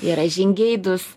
yra žingeidūs